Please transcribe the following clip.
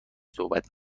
صحبت